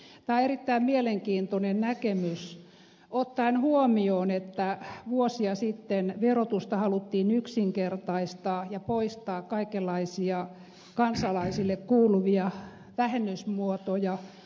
tämä on erittäin mielenkiintoinen näkemys ottaen huomioon että vuosia sitten verotusta haluttiin yksinkertaistaa ja poistaa kaikenlaisia kansalaisille kuuluvia vähennysmuotoja